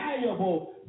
valuable